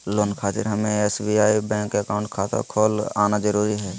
Loan खातिर हमें SBI bank account खाता खोल आना जरूरी है?